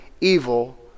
evil